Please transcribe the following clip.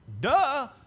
Duh